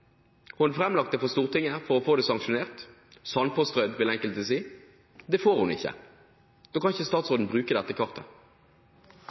hun har framlagt det for Stortinget for å få det sanksjonert – «sandpåstrødd», vil enkelte si. Det får hun ikke, og da kan ikke statsråden bruke dette kartet.